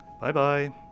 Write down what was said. Bye-bye